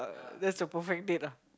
that's a perfect date lah